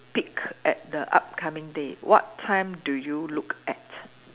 peek at the upcoming day what time do you look at